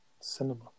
Cinema